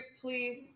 please